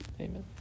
Amen